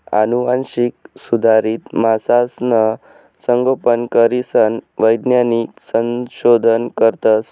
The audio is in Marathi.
आनुवांशिक सुधारित मासासनं संगोपन करीसन वैज्ञानिक संशोधन करतस